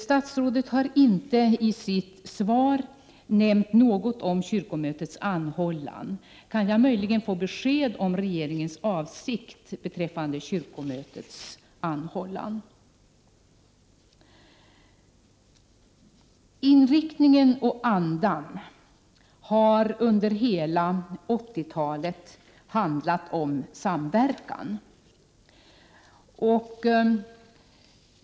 Statsrådet har inte i sitt svar nämnt någonting om kyrkomötets anhållan. Kan jag möjligen få besked om regeringens avsikt beträffande denna anhållan? Inriktningen och andan har under hela 80-talet handlat om samverkan.